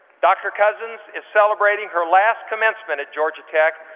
dr. cousins is celebrating her last commencement at georgia tech,